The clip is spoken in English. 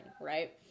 right